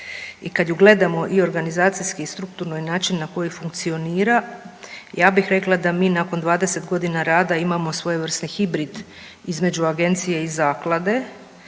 i kad ju gledamo i organizacijski i strukturno i način na koji funkcionira, ja bih rekla da mi nakon 20 godina rada imamo svojevrsni hibrid između agencije i zaklade.